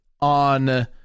on